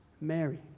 Mary